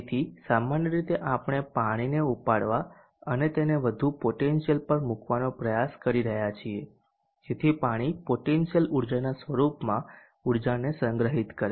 તેથી સામાન્ય રીતે આપણે પાણીને ઉપાડવા અને તેને વધુ પોટેન્શિયલ પર મૂકવાનો પ્રયાસ કરી રહ્યા છીએ જેથી પાણી પોટેન્શિયલ ઊર્જાના સ્વરૂપમાં ઊર્જાને સંગ્રહિત કરે